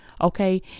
Okay